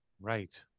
Right